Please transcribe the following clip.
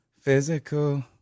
physical